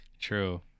true